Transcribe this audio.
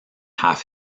half